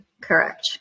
correct